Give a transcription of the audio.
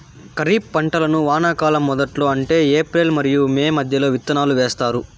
ఖరీఫ్ పంటలను వానాకాలం మొదట్లో అంటే ఏప్రిల్ మరియు మే మధ్యలో విత్తనాలు వేస్తారు